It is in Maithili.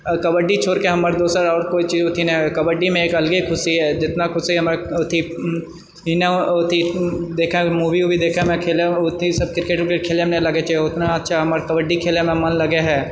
आओर कबड्डी छोड़िके हमर दोसर आओर कोइ चीज ओथि नहि कबड्डीमे एक अलगे खुशी जितना खुशी हमरा अथि सिनेमा अथि देखेमे मूवी वूवी देखैमे मिलेत है उतने सब क्रिकेट व्रिकेट खेलैमे नहि लगैत छै उतना अच्छा हमरा कबड्डी खेलैमे मन लगैए है